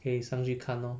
上去看 lor